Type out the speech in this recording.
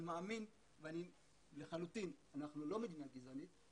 מאמין לחלוטין שאנחנו לא מדינה גזענית,